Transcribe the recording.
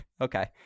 okay